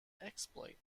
exploit